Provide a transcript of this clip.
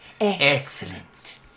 excellent